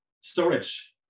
storage